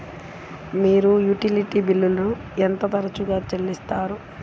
మీరు యుటిలిటీ బిల్లులను ఎంత తరచుగా చెల్లిస్తారు?